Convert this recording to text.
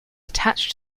attached